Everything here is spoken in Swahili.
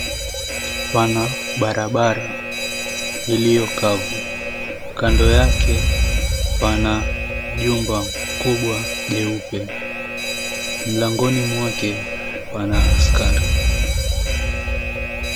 Pana barabara iliyokavu. Kando yake pana jumba kubwa jeupe. Mlangoni mwake pana askari.